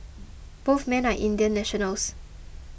both men are Indian nationals